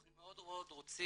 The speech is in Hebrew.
אנחנו מאוד מאוד רוצים